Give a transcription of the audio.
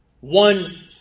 One